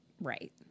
Right